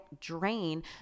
drain